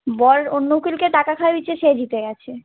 বর অন্য উকিলকে টাকা খাইয়েছে সে জিতে গিয়েছে